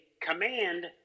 command